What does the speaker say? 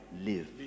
live